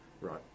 Right